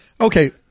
Okay